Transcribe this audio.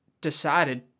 decided